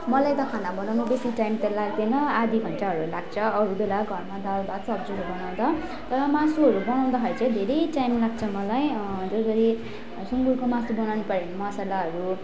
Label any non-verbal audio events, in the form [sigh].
मलाई त खाना बनाउनु बेसी टाइम त लाग्दैन आधा घन्टाहरू लाग्छ अरू बेला घरमा दाल भात सब्जीहरू बनाउँदा तर मासुहरू बनाउँदाखेरि चाहिँ धेरै टाइम लाग्छ मलाई [unintelligible] गरि सुङ्गुरको मासु बनाउनु पऱ्यो भने मसालाहरू